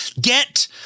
get